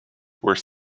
worse